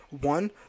one